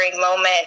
moment